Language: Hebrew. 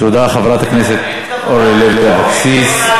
תודה, חברת הכנסת אורלי לוי אבקסיס.